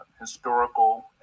historical